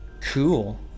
cool